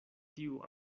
tiu